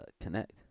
connect